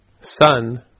son